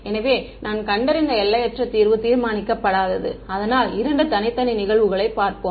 எனவே நான் கண்டறிந்த எல்லையற்ற தீர்வு தீர்மானிக்கப்படாதது அதனால் இரண்டு தனித்தனி நிகழ்வுகளைப் பார்ப்போம்